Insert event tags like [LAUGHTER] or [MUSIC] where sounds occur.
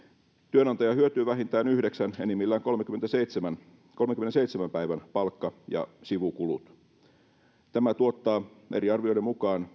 työnantaja hyötyy vähintään yhdeksän enimmillään kolmenkymmenenseitsemän päivän palkka ja sivukulut tämä tuottaa eri arvioiden mukaan [UNINTELLIGIBLE]